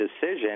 decision